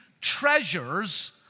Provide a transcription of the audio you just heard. treasures